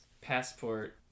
passport